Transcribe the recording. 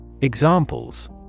Examples